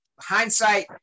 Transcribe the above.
Hindsight